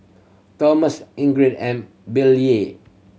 Tomas Ingrid and Billye